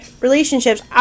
relationships